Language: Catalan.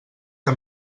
que